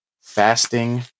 fasting